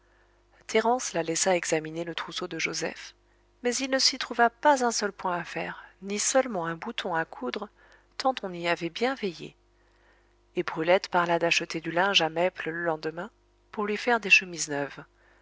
thérence la laissa examiner le trousseau de joseph mais il ne s'y trouva pas un seul point à faire ni seulement un bouton à coudre tant on y avait bien veillé et brulette parla d'acheter du linge à mesples le lendemain pour lui faire des chemises neuves